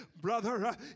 Brother